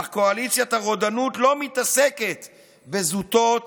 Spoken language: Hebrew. אך קואליציית הרודנות לא מתעסקת בזוטות